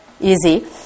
easy